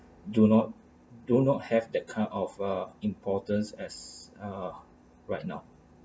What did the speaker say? do not do not have that kind of uh importance as uh right now